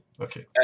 Okay